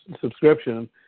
subscription